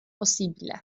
posible